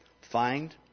Find